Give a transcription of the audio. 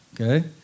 Okay